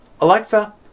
Alexa